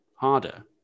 harder